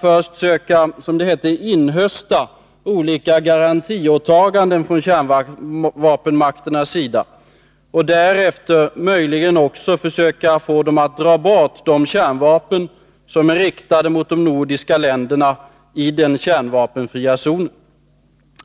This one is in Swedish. först söka, som det hette, inhösta olika garantiåtaganden från kärnvapenmakternas sida och därefter möjligen också försöka få dem att dra bort de kärnvapen som är riktade mot de nordiska länderna i den kärnvapenfria zonen.